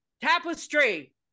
*Tapestry*